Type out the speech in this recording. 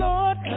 Lord